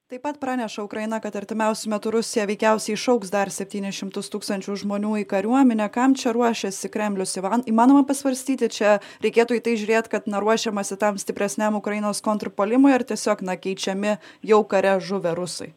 taip pat praneša ukraina kad artimiausiu metu rusija veikiausiai šauks dar septynis šimtus tūkstančių žmonių į kariuominę kam čia ruošiasi kremliaus ivan įmanoma pasvarstyti čia reikėtų į tai žiūrėt kad na ruošiamasi tam stipresniam ukrainos kontrpuolimui ar tiesiog na keičiami jau kare žuvę rusai